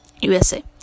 USA